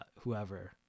whoever